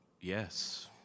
yes